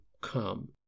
come